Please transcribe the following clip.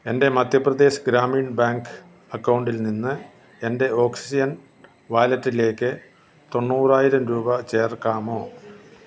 എൻ്റെ മധ്യപ്രദേശ് ഗ്രാമീൺ ബാങ്ക് അക്കൗണ്ടിൽ നിന്ന് എൻ്റെ ഓക്സിജൻ വാലറ്റിലേക്ക് തൊണ്ണൂറായിരം രൂപ ചേർക്കാമോ